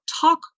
talk